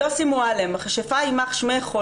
יוסי מועלם: מכשפה יימח שמך,